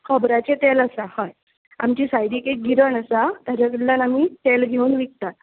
खोबऱ्याचे तेल आसा हय आमचे सायडीक एक गिरण आसा जाचे कडल्यान आमी तेल घेवन विकतात